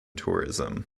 tourism